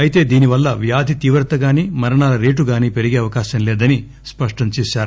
అయితే దీనివల్ల వ్యాధి తీవ్రతగాని మరణాల రేటుగాని పెరిగే అవకాశం లేదని స్పష్టంచేశారు